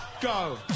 go